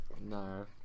no